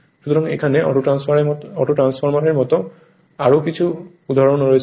সুতরাং এখানে অটোট্রান্সফর্মারের মতো আরও কিছু উদাহরণ রয়েছে